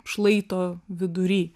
šlaito vidury